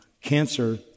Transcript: cancer